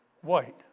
White